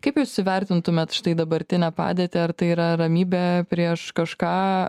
kaip jūs įvertintumėt štai dabartinę padėtį ar tai yra ramybė prieš kažką